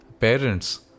parents